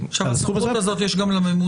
מסוים --- את הסמכות הזאת יש גם לממונה?